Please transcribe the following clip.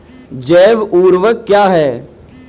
जैव ऊर्वक क्या है?